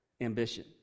ambition